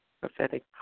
Prophetic